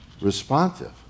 responsive